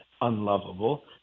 unlovable